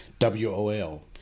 WOL